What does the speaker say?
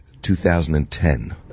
2010